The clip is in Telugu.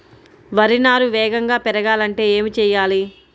వరి నారు వేగంగా పెరగాలంటే ఏమి చెయ్యాలి?